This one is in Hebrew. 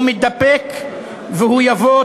הוא מתדפק והוא יבוא.